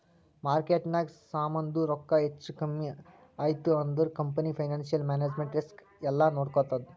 ಮಾರ್ಕೆಟ್ನಾಗ್ ಸಮಾಂದು ರೊಕ್ಕಾ ಹೆಚ್ಚಾ ಕಮ್ಮಿ ಐಯ್ತ ಅಂದುರ್ ಕಂಪನಿ ಫೈನಾನ್ಸಿಯಲ್ ಮ್ಯಾನೇಜ್ಮೆಂಟ್ ರಿಸ್ಕ್ ಎಲ್ಲಾ ನೋಡ್ಕೋತ್ತುದ್